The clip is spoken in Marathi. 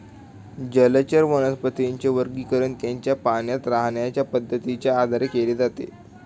जलचर वनस्पतींचे वर्गीकरण त्यांच्या पाण्यात राहण्याच्या पद्धतीच्या आधारे केले जाते